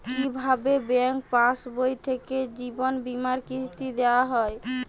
কি ভাবে ব্যাঙ্ক পাশবই থেকে জীবনবীমার কিস্তি দেওয়া হয়?